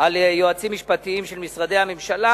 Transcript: על יועצים משפטיים של משרדי הממשלה,